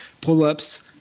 pull-ups